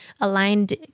aligned